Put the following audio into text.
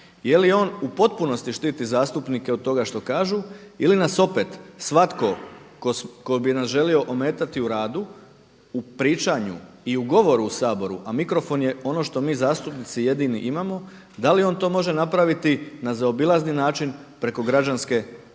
jeli on u potpunosti štiti zastupnike od toga što kažu ili nas opet svatko tko bi nas želio ometati u radu u pričanju i u govoru u Saboru, a mikrofon je ono što mi zastupnici jedini imamo, da li on to može napraviti na zaobilazni način preko građanske parnice.